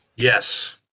Yes